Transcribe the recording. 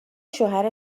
شوهر